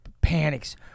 panics